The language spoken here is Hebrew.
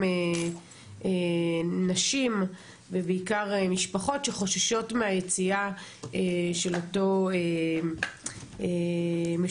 נשים ובעיקר משפחות שחוששות מהיציאה של אותו משוחרר,